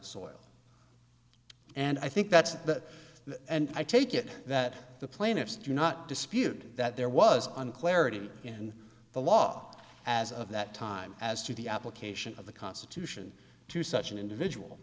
soil and i think that's that and i take it that the plaintiffs do not dispute that there was an clarity in the law as of that time as to the application of the constitution to such an individual